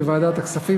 בוועדת הכספים,